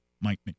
Mike